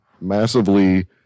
massively